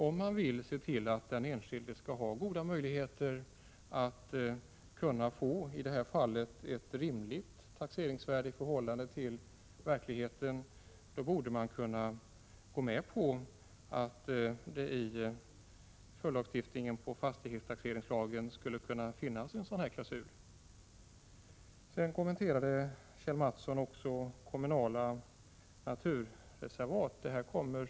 Om man vill se till att den enskilde skall ha goda möjligheter att i det här fallet få ett rimligt taxeringsvärde på sin fastighet i förhållande till verkligheten, borde man kunna gå med på att det i fastighetstaxeringslagen skall finnas en sådan här klausul. Sedan kommenterade Kjell A. Mattsson också frågan om kommunala naturreservat.